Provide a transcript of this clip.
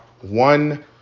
one